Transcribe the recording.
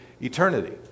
eternity